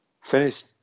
finished